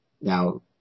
Now